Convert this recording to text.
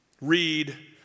Read